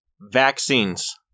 Vaccines